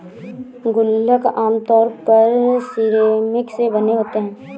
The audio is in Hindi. गुल्लक आमतौर पर सिरेमिक से बने होते हैं